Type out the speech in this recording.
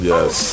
Yes